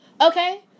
Okay